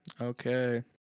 Okay